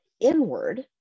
inward